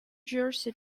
jersey